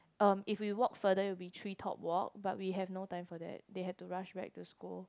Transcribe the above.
um if we walked further it will be treetop walk but we have no time for that they have to rush back to school